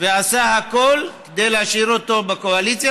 ועשה הכול כדי להשאיר אותו בקואליציה,